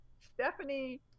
Stephanie